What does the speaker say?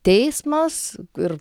teismas ir